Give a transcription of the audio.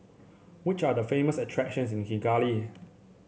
which are the famous attractions in Kigali